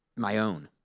my own.